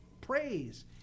praise